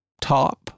top